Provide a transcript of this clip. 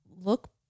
look